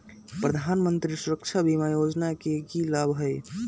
प्रधानमंत्री सुरक्षा बीमा योजना के की लाभ हई?